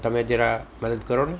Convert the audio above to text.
તો તમે જરા મદદ કરોને